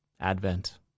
Advent